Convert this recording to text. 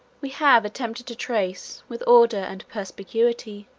we have attempted to trace, with order and perspicuity,